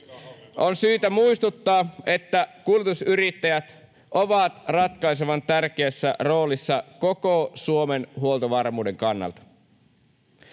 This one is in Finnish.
On syytä muistuttaa, että kuljetusyrittäjät ovat ratkaisevan tärkeässä roolissa koko Suomen huoltovarmuuden kannalta.